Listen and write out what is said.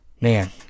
Man